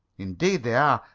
indeed they are.